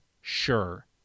Sure